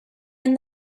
and